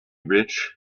rich